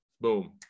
boom